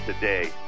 today